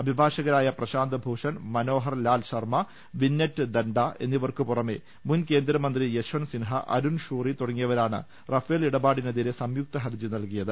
അഭിഭാഷക രായ പ്രശാന്ത് ഭൂഷൺ മനോഹർലാൽ ശർമ്മ വിന്നെറ്റ് ധണ്ഡ എന്നിവർക്കുപുറമെ മുൻകേന്ദ്രമന്ത്രി യശ്വന്ത് സിൻഹ അരുൺഷൂ റി തുടങ്ങിയവരാണ് റഫേൽ ഇടപാടിനെതിരെ സംയുക്തഹർജി നൽകിയത്